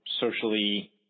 socially